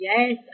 Yes